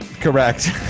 Correct